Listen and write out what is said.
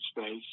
space